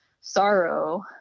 sorrow